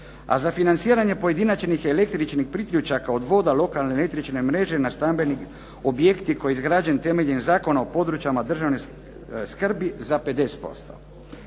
a za financiranje pojedinačnih električnih priključaka od voda, lokalne električne mreže na stambenom objektu koji je izgrađen temeljem Zakona o područjima državne skrbi za 50%